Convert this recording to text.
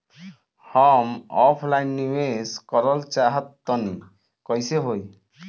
हम ऑफलाइन निवेस करलऽ चाह तनि कइसे होई?